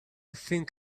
think